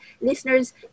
Listeners